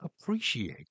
appreciate